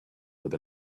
live